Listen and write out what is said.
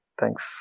Thanks